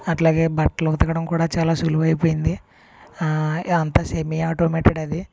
అట్లాగే బట్టలు ఉతకడం కూడా చాలా సులువు అయిపోయింది అంతా సెమి ఆటోమేటెడ్ అది